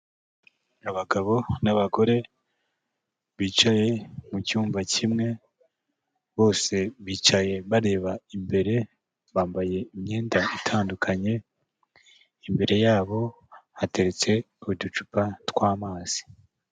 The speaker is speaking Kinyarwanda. Abagabo n'abagore bicaye mu cyumba kimwe, bose bicaye bareba imbere, bambaye imyenda itandukanye, imbere yabo hateretse uducupa tw'amazi.